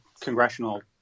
congressional